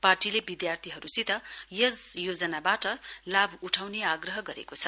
पार्टीले विद्यार्थीहरूसित यस योजनाबाट लाभ उठाउने आग्रह गरेको छ